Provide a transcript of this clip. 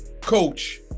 Coach